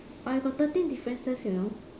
I got thirteen differences you know